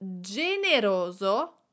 generoso